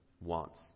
wants